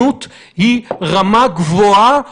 האם יצליחו לסכל את הפיגועים או לא,